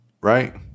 Right